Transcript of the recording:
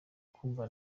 kumva